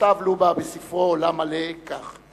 כתב לובה בספרו "עולם מלא" כך: